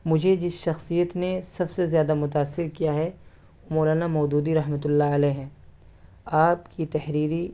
مجھے جس شخصیت نے سب سے زیادہ متأثر کیا ہے مولانا مودودی رحمۃ اللہ علیہ ہیں آپ کی تحریری